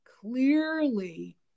clearly